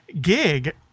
gig